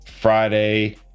Friday